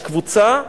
יש קבוצה ערבית.